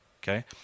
Okay